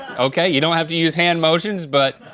okay, you don't have to use hand motions but.